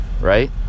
right